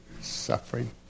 suffering